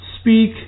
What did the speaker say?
speak